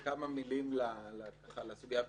אם היה מדובר בכך שכל מב"ד מוביל בהכרח להחלטה של פסילה,